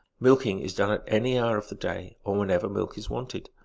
milking is done at any hour of the day, or whenever milk is wanted.